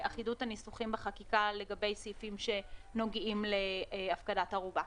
אחידות הניסוחים בחקיקה לגבי בנוגע להפקדת ערובה.